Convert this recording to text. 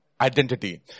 identity